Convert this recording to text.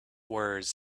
words